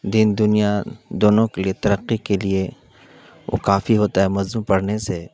دین دنیا دونوں کے لیے ترقی کے لیے وہ کافی ہوتا ہے مضمون پڑھنے سے